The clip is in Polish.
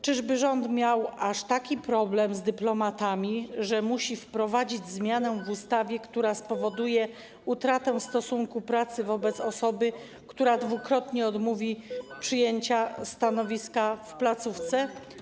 Czyżby rząd miał aż taki problem z dyplomatami, że musi wprowadzić zmianę w ustawie, która spowoduje utratę stosunku pracy wobec osoby, która dwukrotnie odmówi przyjęcia stanowiska w placówce?